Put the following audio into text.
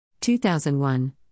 2001